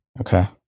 Okay